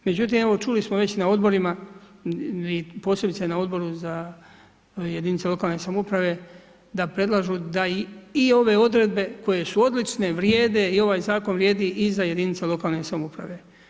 Međutim, evo čuli smo već na odborima i posebice na odboru za jedinice lokalne samouprave da predlažu da i ove odredbe koje su odlične vrijede i ovaj zakon vrijedi i za jedinice lokalne samouprave.